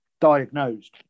diagnosed